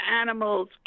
animals